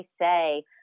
say